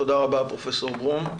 תודה רבה, פרופ' ברום.